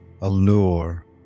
allure